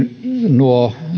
nuo